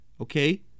Okay